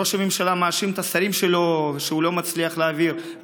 ראש הממשלה מאשים את השרים שלו שהוא לא מצליח להעביר.